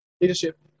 Leadership